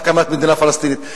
להקמת מדינה פלסטינית.